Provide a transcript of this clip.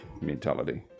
mentality